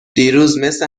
دیروز، مثل